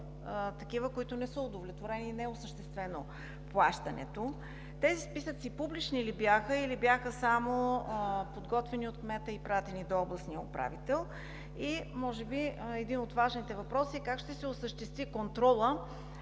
които не са удовлетворени и не е осъществено плащането? Тези списъци публични ли бяха, или бяха само подготвени от кмета и пратени до областния управител? Може би и един от важните въпроси е: как ще се осъществи контролът